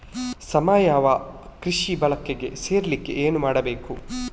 ಸಾವಯವ ಕೃಷಿ ಬಳಗಕ್ಕೆ ಸೇರ್ಲಿಕ್ಕೆ ಏನು ಮಾಡ್ಬೇಕು?